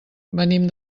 venim